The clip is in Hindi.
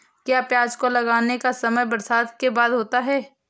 क्या प्याज को लगाने का समय बरसात के बाद होता है?